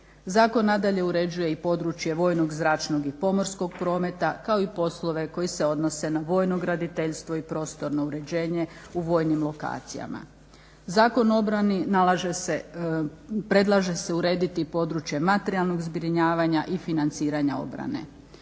Zakon, nadalje uređuje i područje vojnog, zračnog i pomorskog prometa, kao i poslove koji se odnose na vojno graditeljstvo i prostorno uređenje u vojnim lokacijama. Zakon o obrani nalaže se, predlaže se urediti i područje materijalnog zbrinjavanja i financiranja obrane.